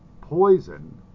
Poison